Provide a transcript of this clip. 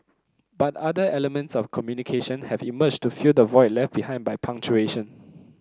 but other elements of communication have emerged to fill the void left behind by punctuation